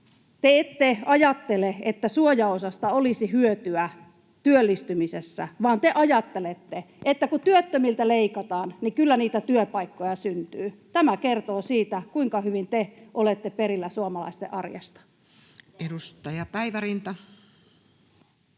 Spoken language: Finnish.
te ette ajattele, että suojaosasta olisi hyötyä työllistymisessä, vaan te ajattelette, että kun työttömiltä leikataan, niin kyllä niitä työpaikkoja syntyy. Tämä kertoo siitä, kuinka hyvin te olette perillä suomalaisten arjesta. [Speech 156]